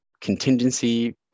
contingency